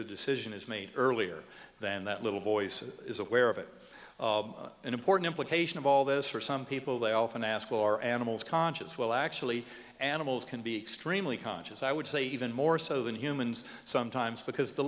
a decision is made earlier than that little voice is aware of it an important implication of all this for some people they often ask why are animals conscious well actually animals can be extremely conscious i would say even more so than humans sometimes because the